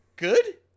Good